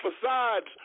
facades